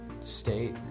state